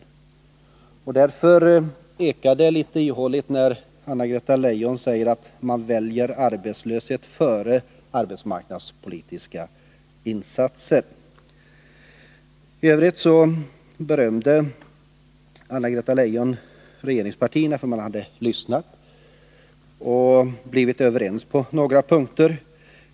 Mot denna bakgrund ekar det litet ihåligt när Anna-Greta Leijon säger att man väljer arbetslöshet före arbetsmarknadspolitiska insatser. I övrigt berömde Anna-Greta Leijon regeringspartierna för att de hade lyssnat och för att de kunnat bli överens med socialdemokraterna på några punkter.